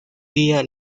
día